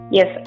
Yes